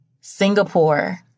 Singapore